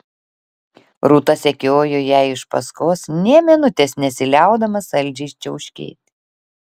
rūta sekiojo jai iš paskos nė minutės nesiliaudama saldžiai čiauškėti